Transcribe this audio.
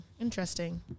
Interesting